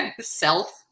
self